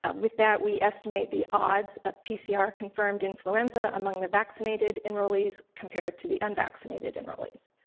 ah with that we estimate the odds of pcr confirmed influenza among the vaccinated and released compared to the unvaccinated and released.